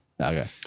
Okay